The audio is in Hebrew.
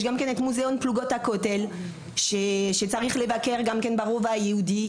יש גם את מוזיאון פלוגות הכותל ואת הרובע היהודי.